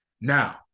Now